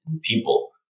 people